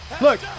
Look